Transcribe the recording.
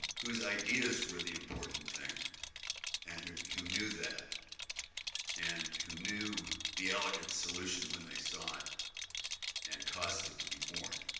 whose ideas were the important thing and who who knew that and who knew the elegant solution when they saw it and caused it to be born.